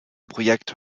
projekt